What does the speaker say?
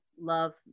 Love